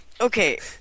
okay